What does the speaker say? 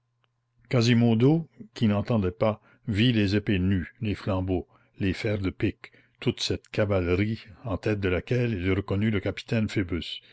quasimodo qui n'entendait pas vit les épées nues les flambeaux les fers de piques toute cette cavalerie en tête de laquelle il reconnut le capitaine